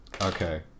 Okay